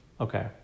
Okay